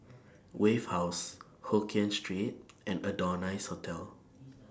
Wave House Hokien Street and Adonis Hotel